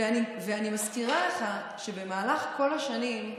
ואני מזכירה לך שבמהלך כל השנים,